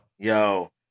Yo